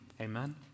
Amen